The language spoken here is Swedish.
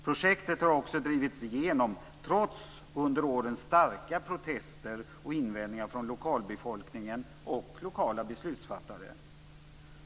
Projektet har också drivits igenom, trots starka protester under åren och invändningar från lokalbefolkningen och lokala beslutsfattare.